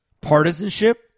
partisanship